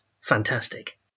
fantastic